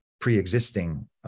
pre-existing